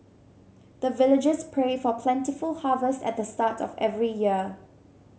the villagers pray for plentiful harvest at the start of every year